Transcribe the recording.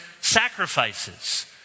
sacrifices